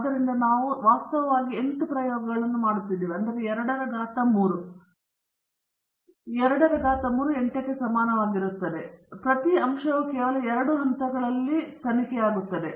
ಆದ್ದರಿಂದ ನಾವು ವಾಸ್ತವವಾಗಿ 8 ಪ್ರಯೋಗಗಳನ್ನು ಮಾಡುತ್ತಿದ್ದೇವೆ 2 ಪವರ್ 3 ಇದು 8 ಕ್ಕೆ ಸಮಾನವಾಗಿರುತ್ತದೆ 8 ಪ್ರಯೋಗಗಳನ್ನು ಮಾಡಲಾಗುತ್ತಿದೆ ಮತ್ತು ಪ್ರತಿ ಅಂಶವು ಕೇವಲ ಎರಡು ಹಂತಗಳಲ್ಲಿ ಉನ್ನತ ಮಟ್ಟದ ಮತ್ತು ಕೆಳಮಟ್ಟದಲ್ಲಿ ತನಿಖೆಯಾಗುತ್ತದೆ